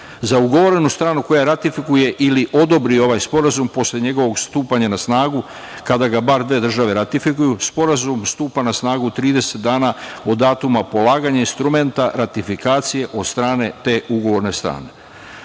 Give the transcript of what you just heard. Za ugovornu stranu koja ratifikuje ili odobri ovaj sporazum posle njegovog stupanja na snagu, kada ga bar dve države ratifikuju, sporazum stupa na snagu 30 dana od datuma polaganja instrumenta ratifikacije od strane te ugovorne strane.